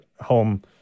home